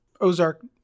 Ozark